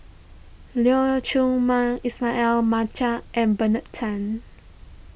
Leong Chee Mun Ismail Marjan and Bernard Tan